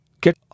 get